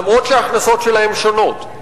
אף-על-פי שההכנסות שלהם שונות.